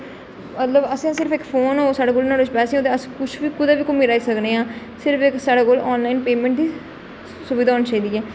मतलब असें सिर्फ इक फोन होग साढ़े कोल नुहाड़े च पैसे होगे ते अस कुछ बी कुदै बी घूमने गी जाई सकने आं सिर्फ इक साढ़े कोल ऑनलाइन पेमेंट दी सुविधा होनी चाहिदी